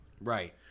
Right